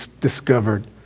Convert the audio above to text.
discovered